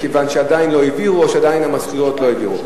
מכיוון שעדיין לא הביאו או שעדיין המזכירות לא העבירה.